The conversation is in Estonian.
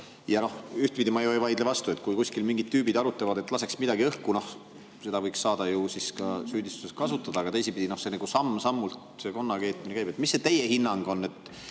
ka ette. Ühtpidi ma ju ei vaidle vastu, et kui kuskil mingid tüübid arutavad, et laseks midagi õhku, no seda võiks saada ju ka süüdistuses kasutada, aga teisipidi nagu samm-sammult see konna keetmine käib. Mis see teie hinnang on?